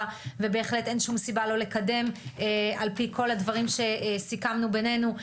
ובהחלט אין שום סיבה לא לקדם על פי כל הדברים שסיכמנו ביננו,